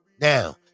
Now